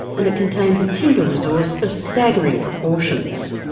and it contains a timber resource of staggering proportions.